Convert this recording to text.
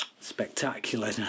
spectacular